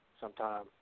sometime